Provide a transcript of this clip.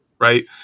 right